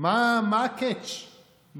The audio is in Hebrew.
מה ה-catch,